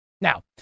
Now